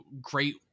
great